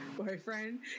boyfriend